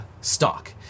stock